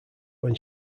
when